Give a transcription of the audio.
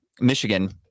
Michigan